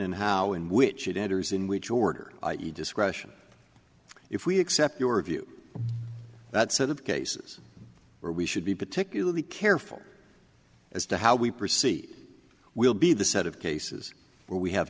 and how in which it enters in which order you discretion if we accept your view that set of cases where we should be particularly careful as to how we proceed will be the set of cases where we have